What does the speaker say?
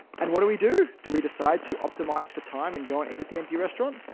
and what do we do? do we decide to optimize for time and go and eat at the empty restaurant?